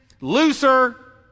looser